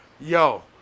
yo